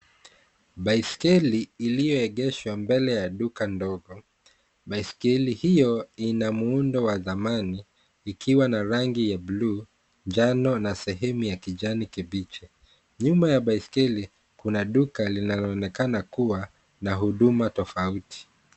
Baiskeli iliyoeegeshwa mbele ya duka dogo, baiskeli hiyo ina muundo wa zamani ikiwa na rangi ya buluu, njano na sehemu ya kijani kibichi nyuma ya baiskeli kuna duka linaloonekana kuwa na huduma tofauti.